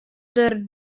der